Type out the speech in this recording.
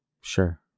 Sure